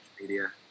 media